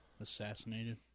assassinated